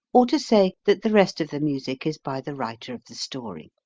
or to say that the rest of the music is by the writer of the story.